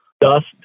dust